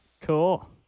Cool